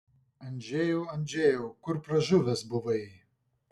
andžejau andžejau kur pražuvęs buvai